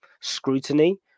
scrutiny